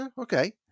Okay